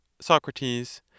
Socrates